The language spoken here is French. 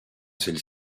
celle